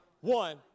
one